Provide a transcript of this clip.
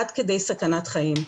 עד כדי סכנת חיים,